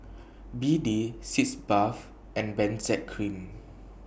B D Sitz Bath and Benzac Cream